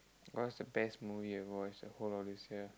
what's the best movie you have watched the whole of this year